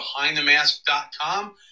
BehindTheMask.com